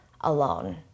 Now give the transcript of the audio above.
alone